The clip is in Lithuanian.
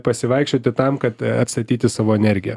pasivaikščioti tam kad atstatyti savo energiją